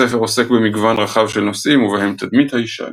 הספר עוסק במגוון רחב של נושאים ובהם תדמית האישה,